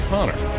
Connor